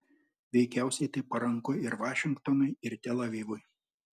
veikiausiai tai paranku ir vašingtonui ir tel avivui